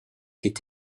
est